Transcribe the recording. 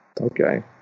Okay